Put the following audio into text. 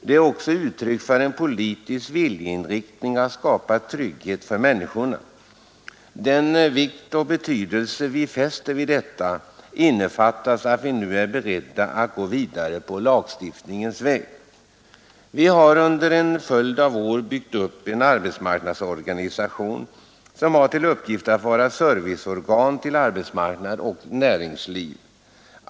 De är också uttryck för en politisk viljeinriktning att skapa trygghet för människorna. Den vikt och betydelse vi fäster vid detta gör att vi nu är beredda att gå vidare på lagstiftningens väg. Vi har under en följd av år byggt upp en arbetsmarknadsorganisation som har till uppgift att vara serviceorgan till arbetsmarknad och näringsliv.